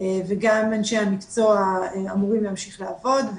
וגם אנשי המקצוע אמורים להמשיך לעבוד,